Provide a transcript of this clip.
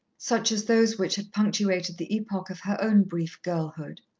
such as those which had punctuated the epoch of her own brief girlhood.